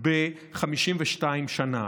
ב-52 שנה.